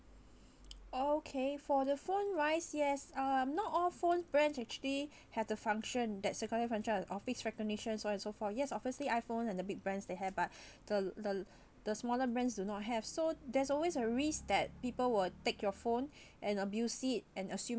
okay for the phone wise yes uh not all phone brands actually had the function that security function of face recognition so on and so forth yes obviously iphone and the big brands they had but the the the smaller brands do not have so there's always a risk that people will take your phone and abuse it and assume